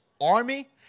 army